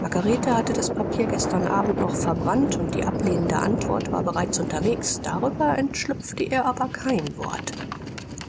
margarete hatte das papier gestern abend noch verbrannt und die ablehnende antwort war bereits unterwegs darüber entschlüpfte ihr aber kein wort